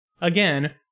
again